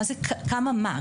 כמה מה?